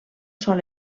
sol